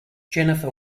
jennifer